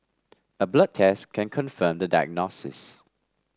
a blood test can confirm the diagnosis